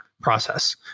process